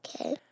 Okay